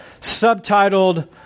subtitled